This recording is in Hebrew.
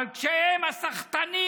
אבל כשהם הסחטנים,